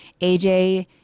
AJ